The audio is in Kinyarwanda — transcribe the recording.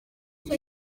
gusa